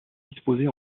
disposées